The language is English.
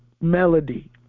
melody